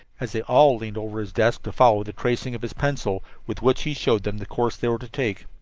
as they all leaned over his desk to follow the tracing of his pencil, with which he showed them the course they were to take.